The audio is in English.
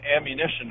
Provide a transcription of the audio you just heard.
ammunition